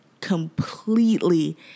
completely